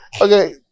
Okay